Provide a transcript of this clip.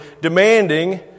demanding